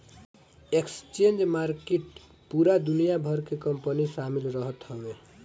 exchange market पूरा दुनिया भर के कंपनी शामिल रहत हवे